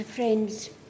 Friends